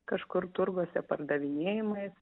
kažkur turguose pardavinėjamais